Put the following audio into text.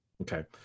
Okay